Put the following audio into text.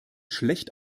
schlecht